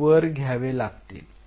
वर घ्यावे लागतील